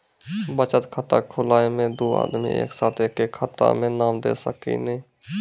बचत खाता खुलाए मे दू आदमी एक साथ एके खाता मे नाम दे सकी नी?